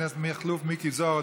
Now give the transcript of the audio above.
חבר הכנסת מכלוף מיקי זוהר,